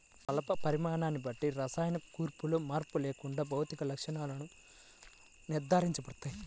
కలప పరిమాణాన్ని బట్టి రసాయన కూర్పులో మార్పు లేకుండా భౌతిక లక్షణాలు నిర్ణయించబడతాయి